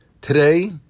Today